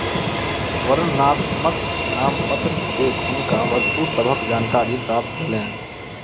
वर्णनात्मक नामपत्र देख हुनका वस्तु सभक जानकारी प्राप्त भेलैन